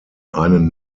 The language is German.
einen